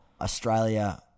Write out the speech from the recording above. Australia